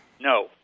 No